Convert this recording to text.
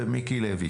במיקי לוי,